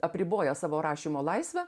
apriboja savo rašymo laisvę